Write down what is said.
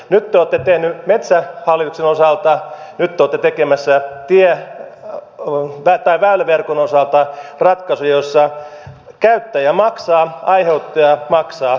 nyt te olette tehnyt metsähallituksen osalta ja nyt te olette tekemässä väyläverkon osalta ratkaisun jossa käyttäjä maksaa aiheuttaja maksaa